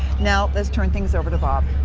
now, let's turn things over to bob.